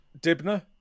Dibner